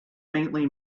faintly